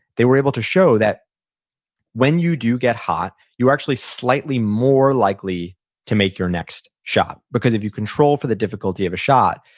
they were able to show that when you do get hot, you're actually slightly more likely to make your next shot. because if you control for the difficulty of a shot,